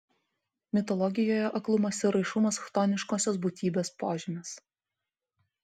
mitologijoje aklumas ir raišumas chtoniškosios būtybės požymis